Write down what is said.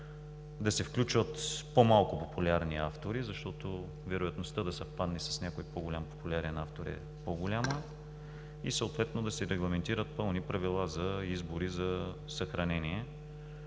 Да се включват по-малко популярни автори, защото вероятността да съвпадне с някой по-популярен автор е по-голяма и съответно да се регламентират пълни правила за избори за съхранение.